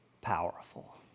powerful